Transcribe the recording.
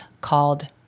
called